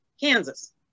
Kansas